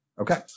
Okay